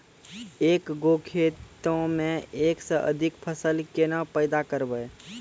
एक गो खेतो मे एक से अधिक फसल केना पैदा करबै?